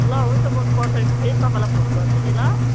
ल हुन्छ म पछाडि फेरि तपाईँलाई फोन गर्छु नि ल